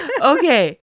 Okay